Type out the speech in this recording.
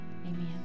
amen